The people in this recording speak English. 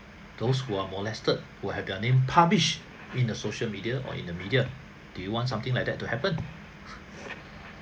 those who are molested will have their name published in a social media or in the media do you want something like that to happen